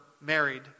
married